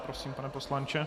Prosím, pane poslanče.